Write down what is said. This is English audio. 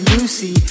Lucy